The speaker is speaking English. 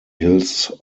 hills